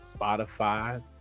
Spotify